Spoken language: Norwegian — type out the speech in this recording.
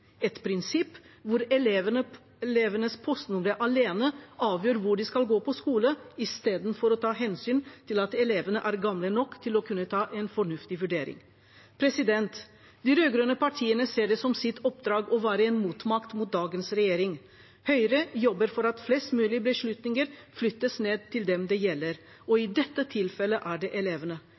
et prinsipp hvor elevenes postnumre alene avgjør hvor de skal gå på skole, istedenfor å ta hensyn til at elevene er gamle nok til å kunne ta en fornuftig vurdering. De rød-grønne partiene ser det som sitt oppdrag å være en motmakt til dagens regjering. Høyre jobber for at flest mulig beslutninger flyttes ned til dem det gjelder, og i dette tilfellet er det elevene.